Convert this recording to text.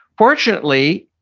fortunately,